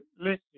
Listen